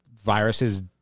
viruses